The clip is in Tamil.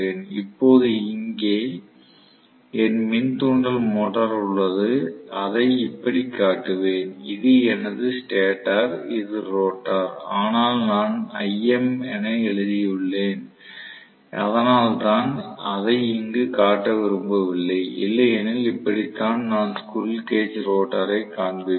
இப்போது இங்கே என் மின் தூண்டல் மோட்டார் உள்ளது அதை இப்படி காட்டுவேன் இது எனது ஸ்டேட்டர் இது ரோட்டார் ஆனால் நான் IM என எழுதியுள்ளேன் அதனால் நான் அதை இங்கு காட்ட விரும்பவில்லை இல்லையெனில் இப்படித்தான் நான் ஸ்குரில் கேஜ் ரோட்டரைக் காண்பிப்பேன்